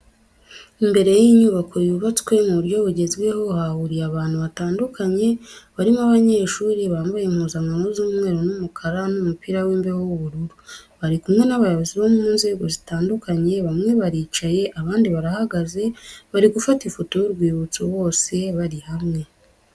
Imbere y'inyubako yubatswe mu buryo bugezweho, hahuriye abantu batandukanye, barimo abanyeshuri bambaye impuzankano z'umweru n'umukara n'umupira w'imbeho w'ubururu, bari kumwe n'abayobozi bo mu nzego zitandukanye bamwe baricaye abandi barahagaze, bari gufata ifoto y'urwibutso bose bari hamwe.